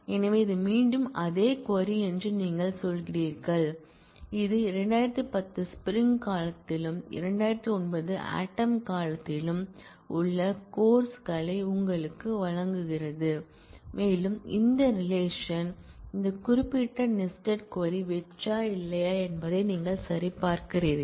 எனவே இது மீண்டும் அதே க்வரி என்று நீங்கள் சொல்கிறீர்கள் இது 2010 ஸ்ப்ரிங் காலத்திலும் 2009 இலையுதிர்காலத்திலும் உள்ள கோர்ஸ் களை உங்களுக்கு வழங்குகிறது மேலும் இந்த ரிலேஷன் இந்த குறிப்பிட்ட நெஸ்டட் க்வரி வெற்றா இல்லையா என்பதை நீங்கள் சரிபார்க்கிறீர்கள்